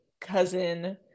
cousin